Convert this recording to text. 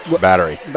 battery